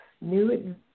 new